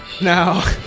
Now